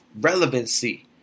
relevancy